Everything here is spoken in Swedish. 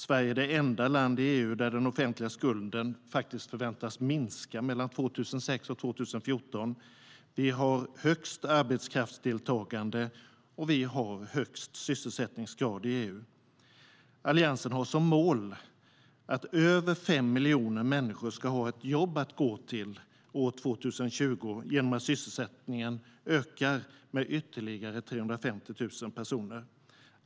Sverige är det enda land i EU där den offentliga skulden förväntas minska mellan 2006 och 2014. Vi har högst arbetskraftsdeltagande och högst sysselsättningsgrad i EU.Alliansen har som mål att över fem miljoner människor ska ha ett jobb att gå till år 2020 genom att sysselsättningen ökar med ytterligare 350 000 personer.